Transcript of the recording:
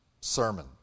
sermon